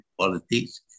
politics